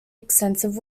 extensive